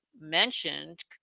mentioned